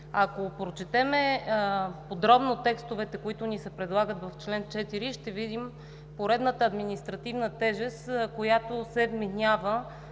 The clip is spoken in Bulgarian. Ако прочетем подробно текстовете, които ни се предлагат в чл. 4, ще видим поредната административна тежест, която се вменява